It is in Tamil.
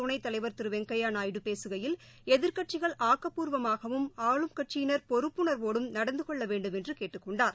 துணைத்தலைவர் திரு வெங்கையா எதிர்க்கட்சிகள் நாயுடு குடியரசுத் ஆக்கப்பூர்வமாகவும் ஆளும் கட்சியினர் பொறுப்புணர்வோடும் நடந்து கொள்ள வேண்டுமென்று கேட்டுக் கொண்டார்